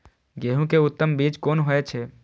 गेंहू के उत्तम बीज कोन होय छे?